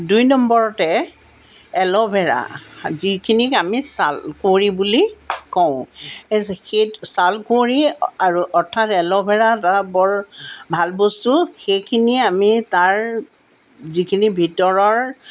দুই নম্বৰতে এলোভেৰা যিখিনিক আমি ছালকুঁৱৰী বুলি কওঁ সেই ছালকুঁৰৰী অৰ্থাৎ এলোভেৰা এটা বৰ ভাল বস্তু সেইখিনিয়ে আমি তাৰ যিখিনি ভিতৰৰ